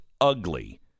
ugly